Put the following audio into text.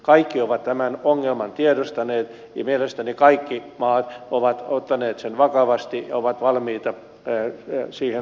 kaikki ovat tämän ongelman tiedostaneet ja mielestäni kaikki maat ovat ottaneet sen vakavasti ja ovat valmiita siinä toimimaan